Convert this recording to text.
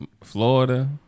Florida